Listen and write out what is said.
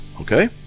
Okay